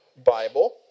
Bible